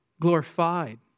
Glorified